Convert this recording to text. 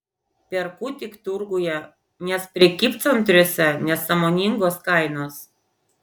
perku tik turguje nes prekybcentriuose nesąmoningos kainos